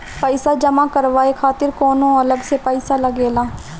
पईसा जमा करवाये खातिर कौनो अलग से पईसा लगेला?